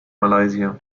malaysia